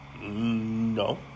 No